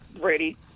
ready